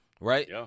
right